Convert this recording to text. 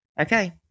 Okay